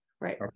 Right